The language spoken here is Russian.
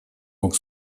мог